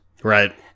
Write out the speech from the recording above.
Right